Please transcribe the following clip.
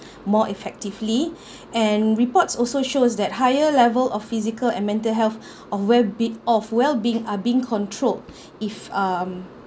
more effectively and reports also shows that higher level of physical and mental health of where be~ of well being are being controlled if um